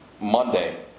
Monday